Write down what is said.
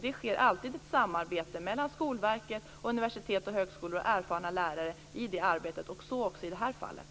Det sker alltid ett samarbete mellan Skolverket, universitet och högskolor och erfarna lärare i det arbetet, så också i det här fallet.